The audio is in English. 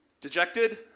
Dejected